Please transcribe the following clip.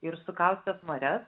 ir sukaustęs marias